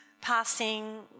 passing